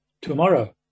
tomorrow